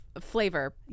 flavor